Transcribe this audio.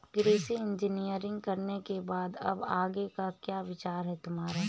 कृषि इंजीनियरिंग करने के बाद अब आगे का क्या विचार है तुम्हारा?